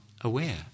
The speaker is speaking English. aware